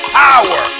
power